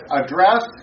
address